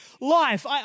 life